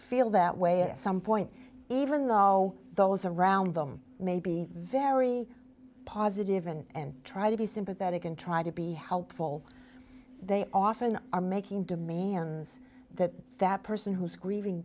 feel that way at some point even though those around them may be very positive and try to be sympathetic and try to be helpful they often are making demands that that person who is grieving